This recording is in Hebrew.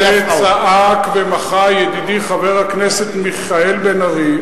על זה צעק ומחה ידידי חבר הכנסת מיכאל בן-ארי,